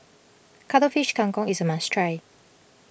Cuttlefish Kang Kong is a must try